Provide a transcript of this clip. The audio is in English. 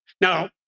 Now